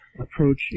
approach